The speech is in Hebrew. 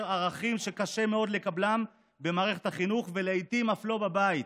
ערכים שקשה מאוד לקבלם במערכת החינוך ולעיתים אף לא בבית: